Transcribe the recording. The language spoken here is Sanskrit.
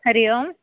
हरिः ओम्